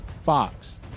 fox